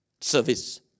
service